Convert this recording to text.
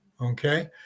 Okay